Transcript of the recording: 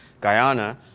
Guyana